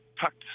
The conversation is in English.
tucked